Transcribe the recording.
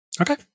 Okay